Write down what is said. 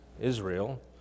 Israel